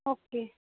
okay